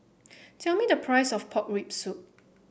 tell me the price of Pork Rib Soup